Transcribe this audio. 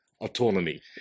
Autonomy